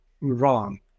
wrong